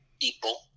people